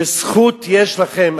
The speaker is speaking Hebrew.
שזכות יש לכם,